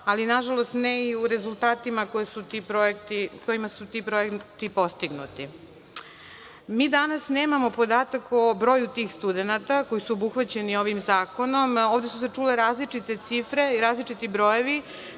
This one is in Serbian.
ali nažalost ne i u rezultatima kojima su ti projekti postignuti. Mi danas nemamo podatak o broju tih studenata koji su obuhvaćeni ovim zakonom. Ovde su se čule različite cifre i različiti brojevi,